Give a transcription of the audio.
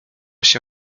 się